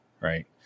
right